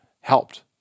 helped